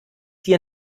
dir